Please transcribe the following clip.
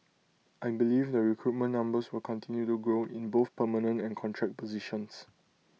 I believe the recruitment numbers will continue to grow in both permanent and contract positions